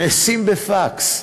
נעשות בפקס.